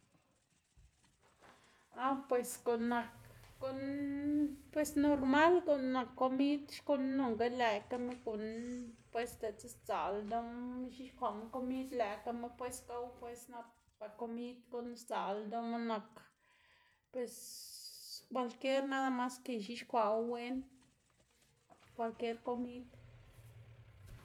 ah pues guꞌn nak guꞌn pues normal guꞌn nak komid xkuꞌn nonga lëꞌkama guꞌn pues di'tse sdzaꞌl ldoꞌma ix̱ux̱kwaꞌma komid lëꞌkama pues gow pues nap ba komid guꞌn sdzaꞌl ldoꞌma nak pues kwalquieru nada mas que ix̱ux̱uxkwawu wen, kwalquier komid.